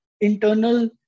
internal